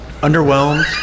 Underwhelmed